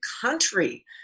country